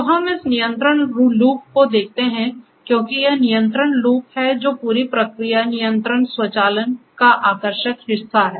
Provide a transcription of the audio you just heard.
तो हम इस नियंत्रण लूप को देखते हैं क्योंकि यह नियंत्रण लूप है जो पूरी प्रक्रिया नियंत्रण स्वचालन का आकर्षक हिस्सा है